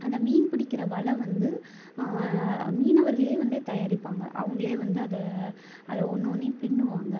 அந்த மீன் பிடிக்கிற வலை வந்து மீனவர்களே வந்து தயாரிப்பாங்க அவங்களே வந்து அதை அதை ஒன்று ஒன்றையும் பின்னுவாங்க